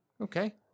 Okay